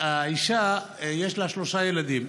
האישה, יש לה שלושה ילדים.